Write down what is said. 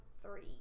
three